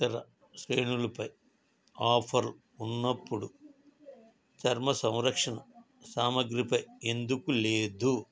ఇతర శ్రేణుపై ఆఫర్ ఉన్నప్పుడు చర్మ సంరక్షణ సామాగ్రి పై ఎందుకు లేదు